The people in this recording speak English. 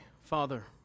Father